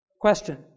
Question